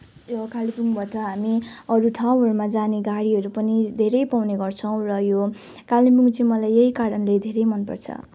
यो कालेबुङबाट हामी अरू ठाउँहरूमा जाने गाडीहरू पनि धेरै पाउने गर्छौँ र यो कालेबुङ चाहिँ मलाई यही कारणले धेरै मनपर्छ